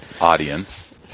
audience